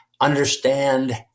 understand